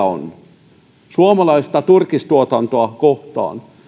on kunnioitus suomalaista turkistuotantoa kohtaan